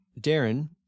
Darren